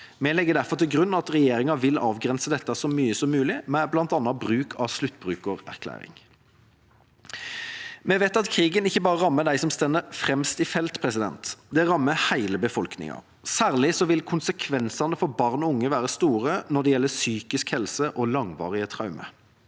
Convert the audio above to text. Vi legger derfor til grunn at regjeringa vil avgrense dette så mye som mulig, med bl.a. bruk av sluttbrukererklæring. Vi vet at krigen ikke bare rammer dem som står fremst i felt, det rammer hele befolkningen. Særlig vil konsekvensene for barn og unge være store når det gjelder psykisk helse og langvarige traumer.